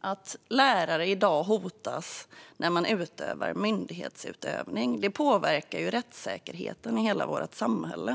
att lärare i dag hotas när de ägnar sig åt myndighetsutövning. Det påverkar ju rättssäkerheten i hela vårt samhälle.